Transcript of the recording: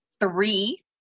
three